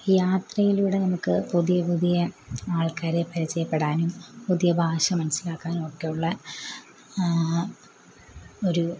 യാത്രയിലൂടെ നമുക്ക് പുതിയ പുതിയ ആൾക്കാരെ പരിചയപ്പെടാനും പുതിയ ഭാഷ മനസ്സിലാക്കാനൊക്കെ ഉള്ള ഒരു